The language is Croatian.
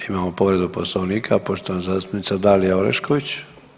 Imamo povredu Poslovnika, poštovana zastupnica Dalija Orešković.